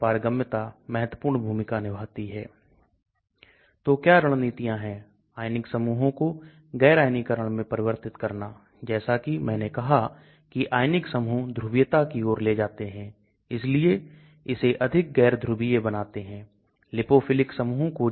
तो LogP भी बहुत महत्वपूर्ण भूमिका निभाता है जैसा कि मैंने पारगम्यता या प्रसार में कहा था इसलिए यह डेटा है जिसे इस संदर्भ में लिया गया था इसलिए हमें स्वीकार करना होगा